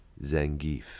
Zangief